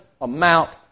amount